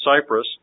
Cyprus